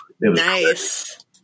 Nice